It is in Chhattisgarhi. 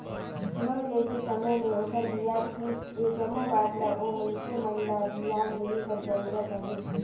लोन लेय कर समे में ओखर बियाज, किस्त ए जम्मो बात ल ओ मइनसे मन ल धियान देहे कर जरूरत अहे